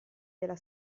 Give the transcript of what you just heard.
della